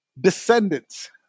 descendants